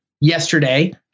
yesterday